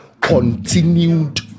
continued